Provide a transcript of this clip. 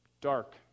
dark